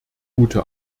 gute